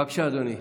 בבקשה, אדוני.